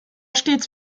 stets